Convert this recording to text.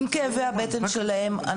עם כאבי הבטן שלהם,